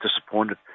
disappointed